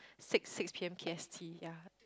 six six P_M K_S_T yea